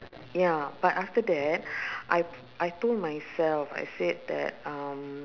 ya but after that I I told myself I said that um